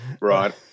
Right